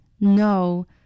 No